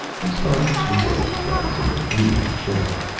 he spotted two oil drums in the gloomy shed.